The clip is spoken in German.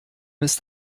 ist